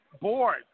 board